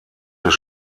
des